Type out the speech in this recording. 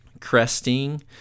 cresting